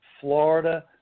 Florida